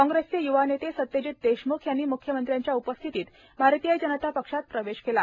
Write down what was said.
कांग्रेसचे युवा नेते सत्यजित देशमुख यांनी मुख्यमंत्र्यांच्या उपस्थितीत भारतीय जनता पक्षात प्रवेश केला